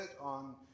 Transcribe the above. on